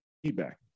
Feedback